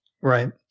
Right